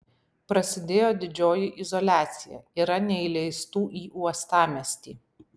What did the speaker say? prasidėjo didžioji izoliacija yra neįleistų į uostamiestį